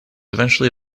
eventually